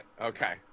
Okay